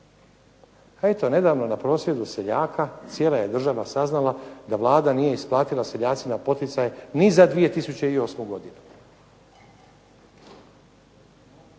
Eto nedavno na prosvjedu seljaka cijela je država saznala da Vlada nije isplatila seljacima poticaje ni za 2008. godinu.